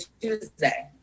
tuesday